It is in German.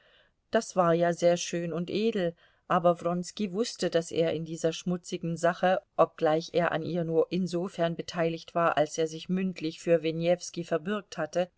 das war ja sehr schön und edel aber wronski wußte daß er in dieser schmutzigen sache obgleich er an ihr nur insofern beteiligt war als er sich mündlich für wenewski verbürgt hatte